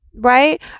Right